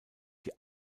die